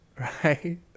right